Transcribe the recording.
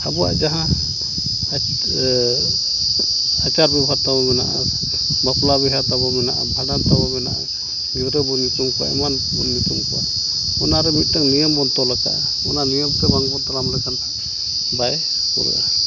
ᱟᱵᱚᱣᱟᱜ ᱡᱟᱦᱟᱸ ᱟᱪᱟᱨᱼᱵᱮᱣᱦᱟᱨ ᱛᱟᱵᱚ ᱢᱮᱱᱟᱜᱼᱟ ᱵᱟᱯᱞᱟᱼᱵᱤᱦᱟᱹᱛᱟᱵᱚ ᱢᱮᱱᱟᱜᱼᱟ ᱵᱷᱟᱰᱟᱱᱛᱟᱵᱚ ᱢᱮᱱᱟᱜᱼᱟ ᱜᱤᱫᱽᱨᱟᱹ ᱵᱚᱱ ᱧᱩᱛᱩᱢ ᱠᱚᱣᱟ ᱮᱢᱟᱱᱵᱚᱱ ᱧᱩᱛᱩᱢ ᱠᱚᱣᱟ ᱚᱱᱟᱨᱮ ᱢᱤᱫᱴᱟᱝ ᱱᱤᱭᱚᱢᱵᱚᱱ ᱛᱚᱞ ᱟᱠᱟᱫᱟ ᱟᱨ ᱱᱤᱭᱚᱢᱛᱮ ᱵᱟᱝᱵᱚᱱ ᱛᱟᱲᱟᱢ ᱞᱮᱠᱷᱟᱱ ᱵᱟᱭ ᱯᱩᱨᱟᱹᱜᱼᱟ